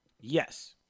yes